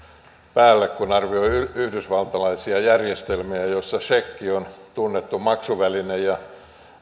päälle kun arvioi yhdysvaltalaisia järjestelmiä joissa sekki on tunnettu maksuväline ja